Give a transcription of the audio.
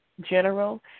general